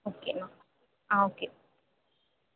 ஓகேம்மா ஆ ஓகே